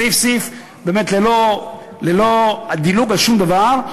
סעיף-סעיף באמת ללא דילוג על שום דבר.